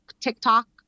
TikTok